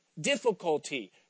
difficulty